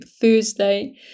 Thursday